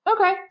Okay